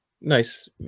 nice